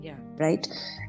Right